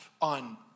on